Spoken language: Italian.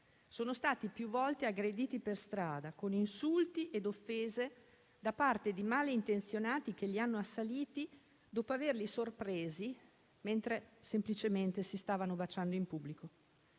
sono stati più volte aggrediti per strada con insulti ed offese da parte di malintenzionati che li hanno assaliti dopo averli sorpresi mentre semplicemente si stavano baciando in pubblico.